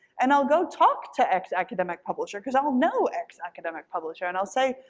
and i'll go talk to x academic publisher, cause i'll know x academic publisher, and i'll say,